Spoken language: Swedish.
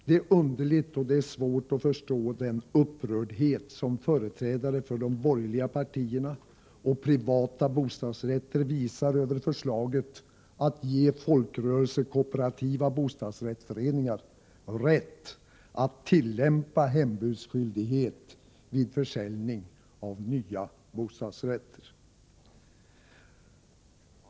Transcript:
Det är underligt och svårt att förstå den upprördhet som företrädare för de borgerliga partierna och privata bostadsrätter visar över förslaget att ge folkrörelsekooperativa bostadsrättsföreningar rätt att tillämpa hembudsskyldighet vid försäljning av nya bostadsrätter.